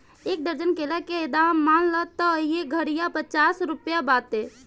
एक दर्जन केला के दाम मान ल त एह घारिया पचास रुपइआ बाटे